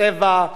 גזע,